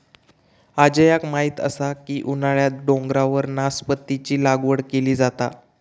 अजयाक माहीत असा की उन्हाळ्यात डोंगरावर नासपतीची लागवड केली जाता